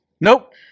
Nope